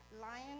Lion